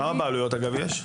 כמה בעלויות יש?